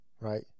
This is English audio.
Right